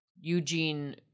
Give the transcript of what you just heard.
Eugene